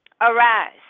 arise